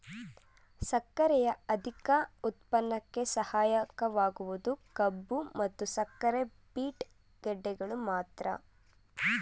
ಸಕ್ಕರೆಯ ಅಧಿಕ ಉತ್ಪನ್ನಕ್ಕೆ ಸಹಾಯಕವಾಗುವುದು ಕಬ್ಬು ಮತ್ತು ಸಕ್ಕರೆ ಬೀಟ್ ಗೆಡ್ಡೆಗಳು ಮಾತ್ರ